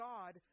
God